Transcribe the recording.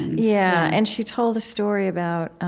yeah. and she told a story about